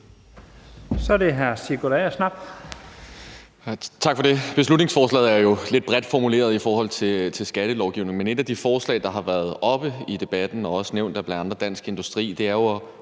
Så er det hr.